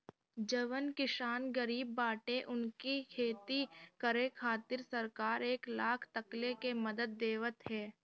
जवन किसान गरीब बाटे उनके खेती करे खातिर सरकार एक लाख तकले के मदद देवत ह